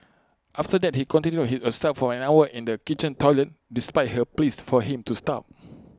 after that he continued his assault for an hour in the kitchen toilet despite her pleas for him to stop